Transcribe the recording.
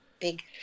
big